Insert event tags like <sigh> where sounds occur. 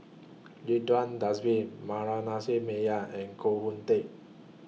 Ridzwan Dzafir <unintelligible> Meyer and Koh Hoon Teck